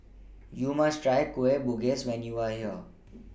YOU must Try Kueh Bugis when YOU Are here